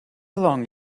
long